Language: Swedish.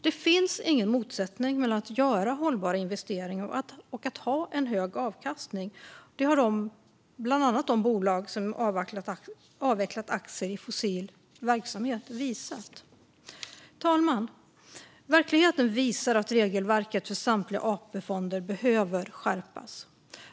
Det finns ingen motsättning mellan att göra hållbara investeringar och att ha en hög avkastning. Det har bland annat de bolag som avvecklat aktier i fossil verksamhet visat. Fru talman! Verkligheten visar att regelverket för samtliga AP-fonder behöver skärpas.